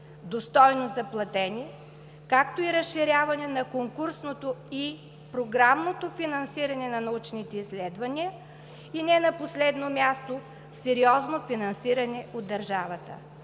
достойно заплатени, както и разширяване на конкурсното и програмното финансиране на научните изследвания, и не на последно място – сериозно финансиране от държавата.